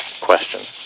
questions